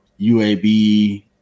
UAB